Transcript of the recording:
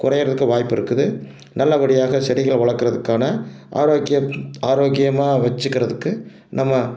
குறைகிறதுக்கு வாய்ப்பு இருக்குது நல்லபடியாக செடிகளை வளர்க்குறதுக்கான ஆரோக்கியம் ஆரோக்கியமாக வச்சுக்கிறதுக்கு நம்ம